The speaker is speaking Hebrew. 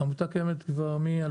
העמותה קיימת מ-2012,